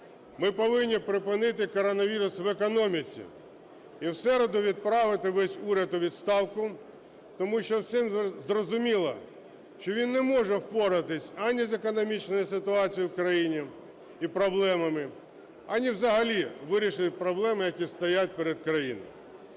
ми повинні припинити коронавірус в економіці і в середу відправити весь уряд у відставку, тому що всім зрозуміло, що він не може впоратись ані з економічною ситуацією в країні і проблемами, ані взагалі вирішити проблеми, які стоять перед країною.